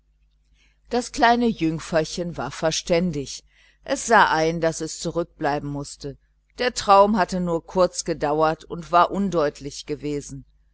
das kleine jüngferchen war verständig es sah ein daß es zurückbleiben mußte der traum hatte nur kurz gedauert und war undeutlich gewesen